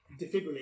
defibrillate